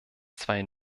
zwei